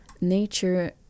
nature